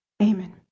Amen